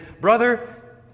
brother